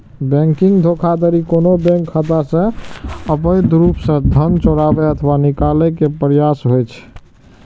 banking धोखाधड़ी कोनो bank खाता सं अवैध रूप सं धन चोराबै अथवा निकाले के प्रयास होइ छै